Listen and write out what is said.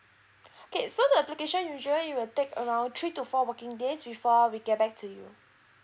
okay so the application usually will take around three to four working days before we get back to you